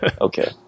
Okay